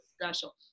Special